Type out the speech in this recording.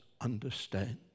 understand